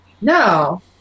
No